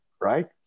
right